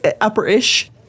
upper-ish